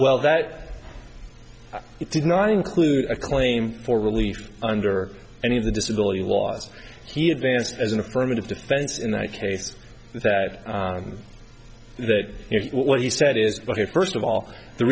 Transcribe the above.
well that it did not include a claim for relief under any of the disability laws he advanced as an affirmative defense in that case that that what he said is ok first of all the